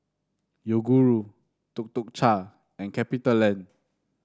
Yoguru Tuk Tuk Cha and Capitaland